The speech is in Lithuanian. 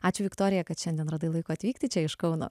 ačiū viktorija kad šiandien radai laiko atvykti čia iš kauno